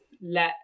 let